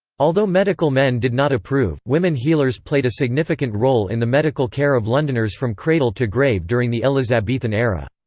although medical men did not approve, women healers played a significant role in the medical care of londoners from cradle to grave during the elizabethan era.